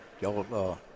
Y'all